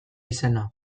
izena